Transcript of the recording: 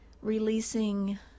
releasing